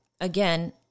again